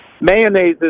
Mayonnaise